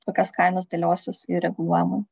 kokias kainas dėliosis į reguliuojamų